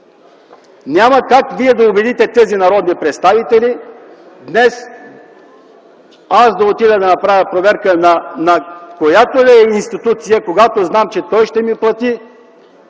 Няма как вие да убедите тези народни представители днес аз да отида да направя проверка, на която и да е институция, когато знам, че той ще ми плати,